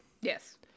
yes